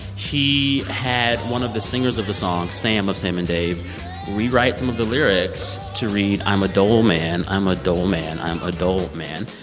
he had one of the singers of the song sam, of sam and dave rewrite some of the lyrics to read i'm a dole man. i'm a dole man. i'm a dole man.